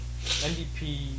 NDP